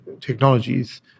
technologies